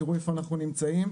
תראו איפה אנחנו נמצאים.